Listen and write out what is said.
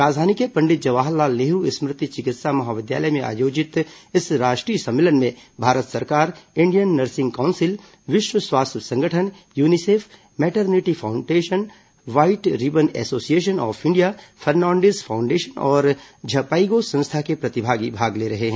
राजधानी के पंडित जवाहर लाल नेहरू स्मृति चिकित्सा महाविद्यालय में आयोजित इस राष्ट्रीय सम्मेलन में भारत सरकार इंडियन नर्सिंग काउंसिल विश्व स्वास्थ्य संगठन UNICEF maternity foundation white ribbon association of India Fernandes foundation और झपाइगो संस्था के प्रतिभागी भाग ले रहे हैं